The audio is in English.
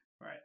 Right